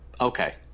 Okay